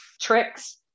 tricks